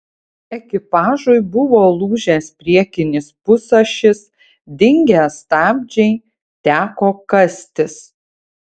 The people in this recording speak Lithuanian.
ekipažui buvo lūžęs priekinis pusašis dingę stabdžiai teko kastis